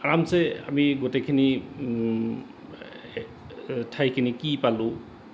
আৰামচে আমি গোটেইখিনি ঠাইখিনি কি পালোঁ